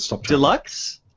deluxe